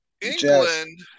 England